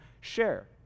share